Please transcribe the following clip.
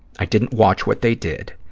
i didn't watch what they did.